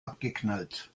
abgeknallt